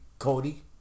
Cody